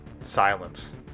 silence